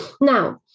Now